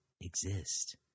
exist